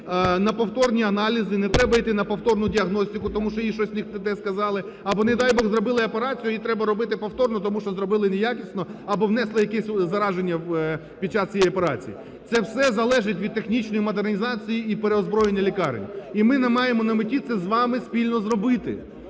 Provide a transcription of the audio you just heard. на повторні аналізи, не треба іти на повторну діагностику, тому що їх щось не те сказали або, не дай Бог, зробили операцію і її треба робити повторно, тому що зробили неякісно або внесли якесь зараження під час цієї операції. Це все залежить від технічної модернізації і переозброєння лікарень, і ми маємо на меті це з вами спільно зробити.